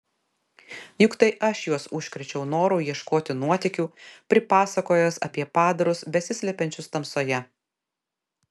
juk tai aš juos užkrėčiau noru ieškoti nuotykių pripasakojęs apie padarus besislepiančius tamsoje